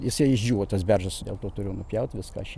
jisai išdžiūvo tas beržas dėl to turėjau nupjaut viską aš jį